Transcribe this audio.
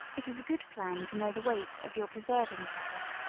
it is a good plan to know the weight of your preserving kettle,